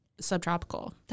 subtropical